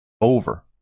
over